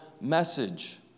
message